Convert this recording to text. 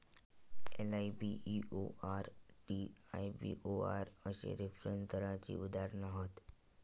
LIBOR, TIBOR अश्ये reference दराची उदाहरणा हत